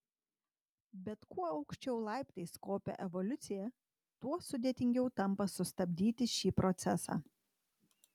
bet kuo aukščiau laiptais kopia evoliucija tuo sudėtingiau tampa sustabdyti šį procesą